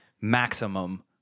maximum